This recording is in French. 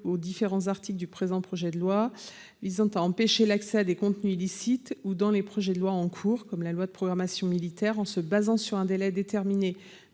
les différents articles du présent projet de loi visant à empêcher l’accès à des contenus illicites que dans les projets de loi en cours, comme la loi de programmation militaire, en se fondant sur un délai déterminé